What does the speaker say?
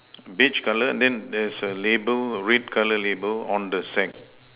beige colour then there's a label red colour label on the sack